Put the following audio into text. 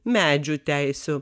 medžių teisių